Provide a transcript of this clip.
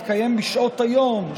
התקיים בשעות היום,